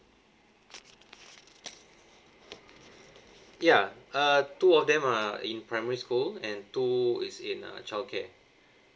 ya uh two of them are in primary school and two is in uh childcare